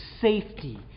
safety